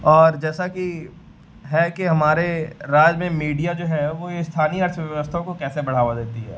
और जैसा कि है कि हमारे राज्य में मीडिया जो है वह स्थानीय अर्थव्यवस्था को कैसे बढ़ावा देती है